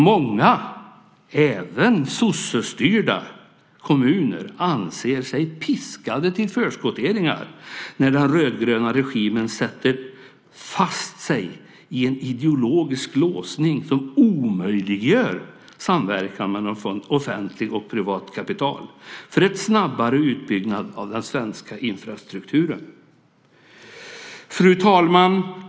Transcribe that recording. Många, även sossestyrda, kommuner anser sig piskade till förskotteringar när den rödgröna regimen sätter fast sig i en ideologisk låsning som omöjliggör samverkan mellan offentligt och privat kapital för en snabbare utbyggnad av den svenska infrastrukturen. Fru talman!